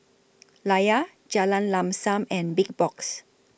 Layar Jalan Lam SAM and Big Box